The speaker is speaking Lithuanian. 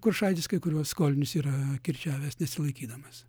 kuršaitis kai kuriuos skolinius yra kirčiavęs nesilaikydamas